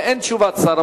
ואין תשובת שר,